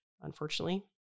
unfortunately